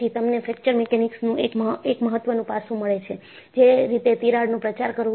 તમને fracture mechanics નું એક મહત્વનું પાસું મળે છે જે રીતે તિરાડનું પ્રચાર કરવું